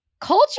culture